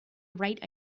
write